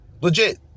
Legit